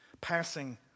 passing